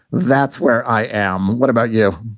that's where i am. what about you?